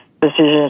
decisions